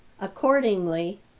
accordingly